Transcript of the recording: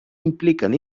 impliquen